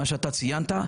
מה שאתה ציינת,